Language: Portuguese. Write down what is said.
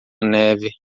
neve